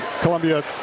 Columbia